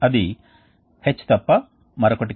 కాబట్టి ఇది ఒక రకమైన డిజైన్ ఇది ఒక రకమైన డిజైన్ పరామితి